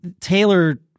Taylor